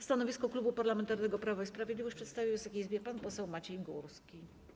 Stanowisko Klubu Parlamentarnego Prawo i Sprawiedliwość przedstawi Wysokiej Izbie pan poseł Maciej Górski.